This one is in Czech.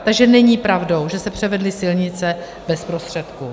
Takže není pravdou, že se převedly silnice bez prostředků.